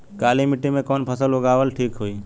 काली मिट्टी में कवन फसल उगावल ठीक होई?